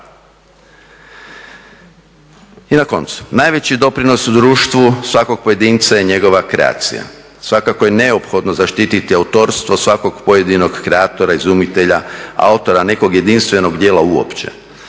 I na koncu, najveći doprinos u društvu svakog pojedinca je njegova kreacija, svakako je neophodno zaštiti autorstvo svakog pojedinog kreatora, izumitelja, autora nekog jedinstvenog djela uopće.